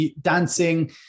dancing